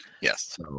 Yes